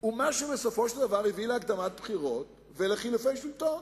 הוא מה שבסופו של דבר הביא להקדמת בחירות ולחילופי שלטון,